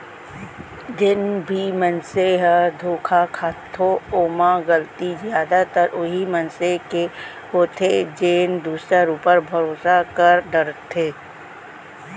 जेन भी मनसे ह धोखा खाथो ओमा गलती जादातर उहीं मनसे के होथे जेन दूसर ऊपर भरोसा कर डरथे